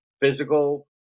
physical